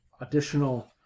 additional